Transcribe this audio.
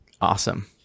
awesome